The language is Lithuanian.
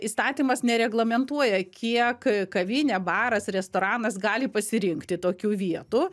įstatymas nereglamentuoja kiek kavinė baras restoranas gali pasirinkti tokių vietų